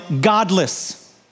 godless